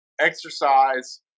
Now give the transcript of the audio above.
exercise